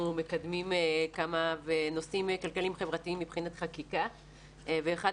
מקדמים כמה נושאים כלכליים-חברתיים מבחינת חקיקה ואחד